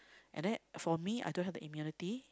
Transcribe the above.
and then for me I don't have the immunity